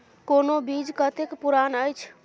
कोनो बीज कतेक पुरान अछि?